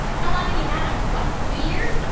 how long have you had him what? two years?